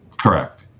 Correct